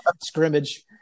scrimmage